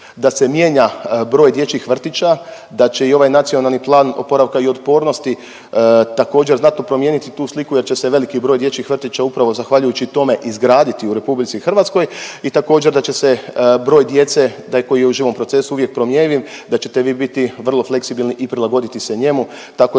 da se mijenja broj dječjih vrtića, da će i ovaj Nacionalni plan oporavka i otpornosti također znatno promijeniti tu sliku jer će se veliki broj dječjih vrtića upravo zahvaljujući tome izgraditi u RH i također da će se broj djece taj koji je u živom procesu uvijek promjenjiv, da ćete vi biti vrlo fleksibilni i prilagoditi se njemu tako